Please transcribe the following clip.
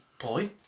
Boy